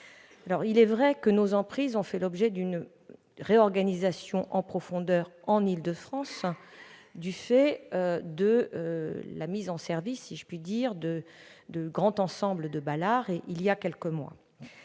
Il est vrai que nos emprises ont fait l'objet d'une réorganisation en profondeur en Île-de-France du fait de la mise en service, si je puis dire, du grand ensemble de Balard il y a quelques mois.